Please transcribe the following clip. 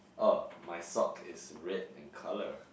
oh my sock is red in color